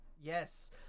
yes